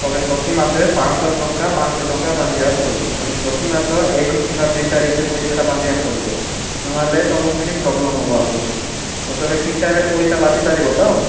ତମେ ପ୍ରତି ମାସେ ପାଞ୍ଚ ଶହ ଟଙ୍କା ପାଞ୍ଚ ଶହ ଟଙ୍କା ବାନ୍ଧିବାକୁ ପଡ଼ିବ ତୁମେ ପ୍ରତି ମାସ ଏକ କିମ୍ବା ଦୁଇ ତାରିଖରେ ପଇସାଟା ବାନ୍ଧିବାକୁ ପଡ଼ିବ ନ ହେଲେ ତୁମକୁ ହିଁ ପ୍ରୋବଲମ୍ ହେବ ଆଗକୁ ତ ତୁମେ ଠିକ୍ ଟାଇମ୍ରେ ପିଇସା ବାନ୍ଧି ପାରିବ ତ